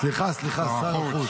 סליחה, סליחה, שר החוץ.